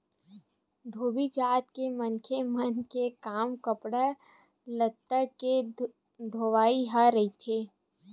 धोबी जात के मनखे मन के काम कपड़ा लत्ता के धोवई ह रहिथे